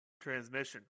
Transmission